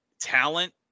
talent